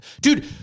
Dude